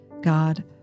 God